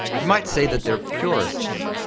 you might say that they're purists.